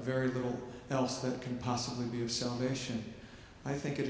very little else that can possibly be of celebration i think it